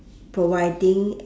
providing